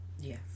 yes